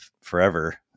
forever